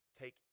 Take